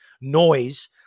noise